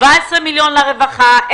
17 מיליון שקלים לרווחה,